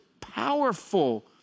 powerful